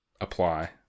apply